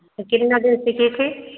तो कितना दिन सीखी थी